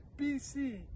BC